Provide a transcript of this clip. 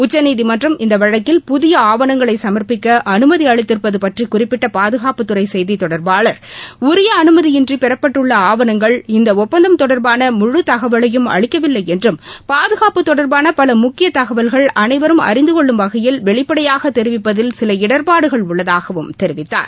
உச்சநீதிமன்றம் இந்த வழக்கில் புதிய ஆவணங்களை சமர்ப்பிக்க அனுமதியளித்திருப்பது பற்றி குறிப்பிட்ட பாதுகாப்புத்துறை செய்தி தொடர்பாளர் உரிய அனுமதியின்றி பெறப்பட்டுள்ள ஆவணங்கள் இந்த ஒப்பந்தம் தொடர்பான முழு தகவலையும் அளிக்கவில்லை என்றும் பாதுகாப்பு தொடர்பாள பல முக்கிய தகவல்கள் அனைவரும் அறிந்துகொள்ளும் வகையில் வெளிப்படையாக தெரிவிப்பதில் சில இடர்பாடுகள் உள்ளதாகவும் தெரிவித்தார்